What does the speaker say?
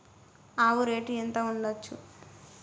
ఆవు రేటు ఎంత ఉండచ్చు?